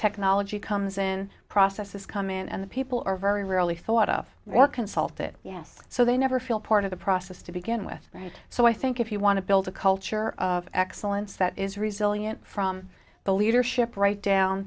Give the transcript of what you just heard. technology comes in processes come in and the people are very rarely thought of or consulted yes so they never feel part of the process to begin with right so i think if you want to build a culture of excellence that is resulting in from the leadership right down